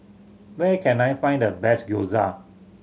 where can I find the best Gyoza